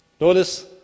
Notice